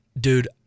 dude